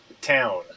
town